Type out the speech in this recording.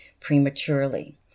prematurely